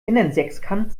innensechskant